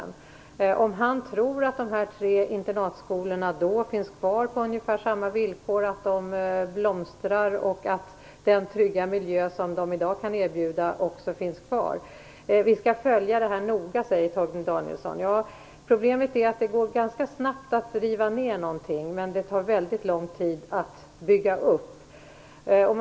Tror han att dessa tre internatskolor då finns kvar under ungefär samma villkor, att de blomstrar och att den trygga miljö som de i dag kan erbjuda finns kvar? Vi skall följa detta noga, säger Torgny Danielsson. Ja, problemet är att det går ganska snabbt att riva ner någonting men det tar väldigt lång tid att bygga upp något.